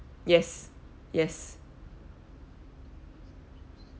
yes yes